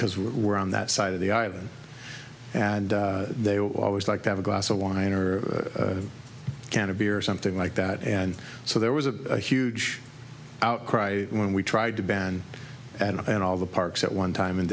because we're on that side of the aisle and they will always like to have a glass of wine or a can of beer or something like that and so there was a huge outcry when we tried to ban and and all the parks at one time and